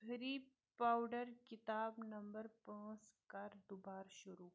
ہرٔی powder کتاب number پانٛژھ کر دُبارٕ شروٗع